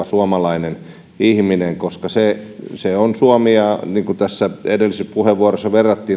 suomalainen ihminen koska tämä on suomi ja niin kuin edellisessä puheenvuorossa verrattiin